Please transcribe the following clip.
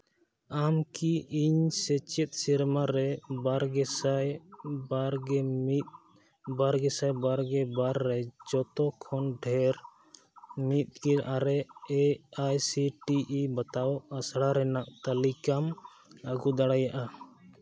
ᱟᱢ ᱠᱤ ᱤᱧ ᱥᱮᱪᱮᱫ ᱥᱮᱨᱢᱟ ᱨᱮ ᱵᱟᱨ ᱜᱮ ᱥᱟᱭ ᱵᱟᱨ ᱜᱮ ᱢᱤᱫ ᱵᱟᱨ ᱜᱮ ᱥᱟᱭ ᱵᱟᱨ ᱜᱮ ᱵᱟᱨ ᱨᱮ ᱡᱚᱛᱚ ᱠᱷᱚᱱ ᱰᱷᱮᱨ ᱢᱤᱫ ᱜᱮ ᱟᱨᱮ ᱮ ᱟᱭ ᱥᱤ ᱴᱤ ᱤ ᱵᱟᱛᱟᱣ ᱟᱥᱲᱟ ᱨᱮᱱᱟᱜ ᱛᱟᱹᱞᱤᱠᱟᱢ ᱟᱹᱜᱩ ᱫᱟᱲᱮᱭᱟᱜᱼᱟ